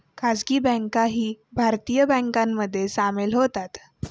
खासगी बँकाही भारतीय बँकांमध्ये सामील होतात